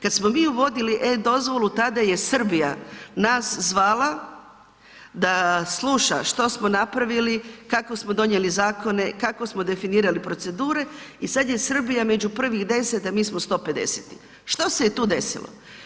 Kad smo mi uvodili e-dozvolu, tada je Srbija nas zvala da sluša što smo napravili, kako smo donijeli zakone, kako smo definirali procedure i sad je Srbija među 10, a mi smo 150., što se je tu desilo?